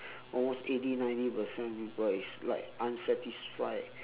almost eighty ninety percent people is like unsatisfied